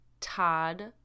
Todd